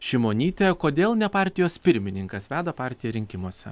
šimonytė kodėl ne partijos pirmininkas veda partiją rinkimuose